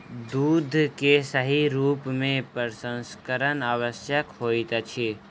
दूध के सही रूप में प्रसंस्करण आवश्यक होइत अछि